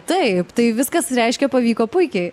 taip tai viskas reiškia pavyko puikiai